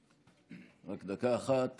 רק דקה אחת.